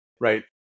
right